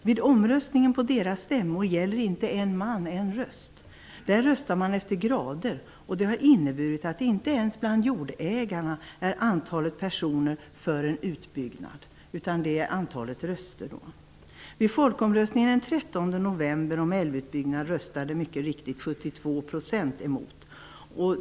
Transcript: Vid omröstningen på deras stämmor gäller inte en man - en röst. Man röstar efter grader. Det har inneburit att inte ens bland jordägarna är det antalet personer för en utbyggnad som räknas, men det är antalet röster som räknas. Vid folkomröstningen den 13 november om älvutbyggnaden röstade mycket riktigt 72 % emot.